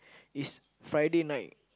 is Friday night